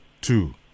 two